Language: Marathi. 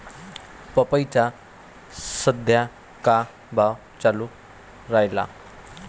पपईचा सद्या का भाव चालून रायला?